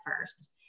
first